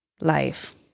life